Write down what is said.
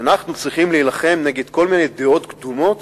אנחנו צריכים להילחם נגד כל מיני דעות קדומות